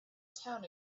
town